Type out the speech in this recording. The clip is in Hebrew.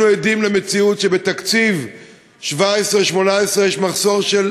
אנחנו עדים למציאות שבתקציב 2017 2018 יש מחסור של